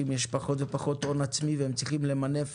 יש פחות ופחות הון עצמי והם צריכים למנף